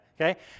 okay